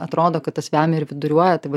atrodo kad tas vemia ir viduriuoja tai va